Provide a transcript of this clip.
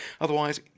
Otherwise